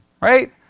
Right